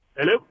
Hello